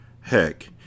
Heck